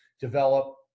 develop